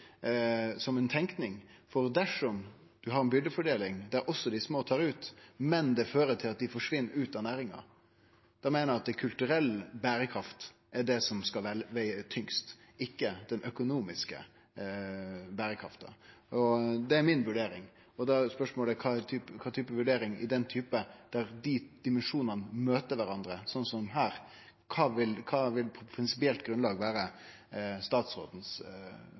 som ei tenking – for dersom ein har ei byrdefordeling der også dei små tar ut, men der det fører til at dei forsvinn ut av næringa, meiner eg at kulturell bærekraft er det som skal vege tyngst, ikkje den økonomiske bærekrafta. Det er mi vurdering. Da er spørsmålet: I den typen vurdering – der dei dimensjonane møter kvarandre, slik som her – kva vil på prinsipielt grunnlag vere